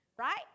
Right